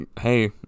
Hey